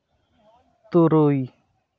ᱛᱩᱨᱩᱭ